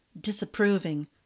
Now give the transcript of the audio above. disapproving